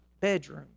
bedroom